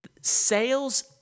sales